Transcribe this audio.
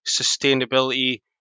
sustainability